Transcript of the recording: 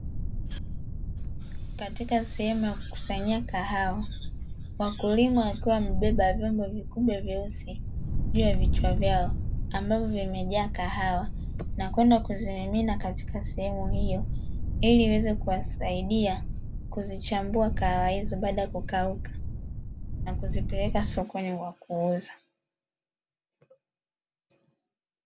Katika sehemu ya kukusanyia kahawa, wakulima wakiwa wamebeba vyombo vikubwa vyeusi juu ya vichwa vyao, ambavyo vimejaa kahawa na kwenda kuzimimina katika sehemu hiyo, ili iweze kuwasaidia kuzichambua kahawa hizo baada ya kukauka na kuzipeleka sokoni kwa kuuzwa.